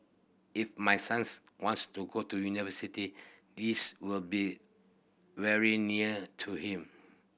if my sons wants to go to university this will be very near to him